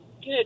good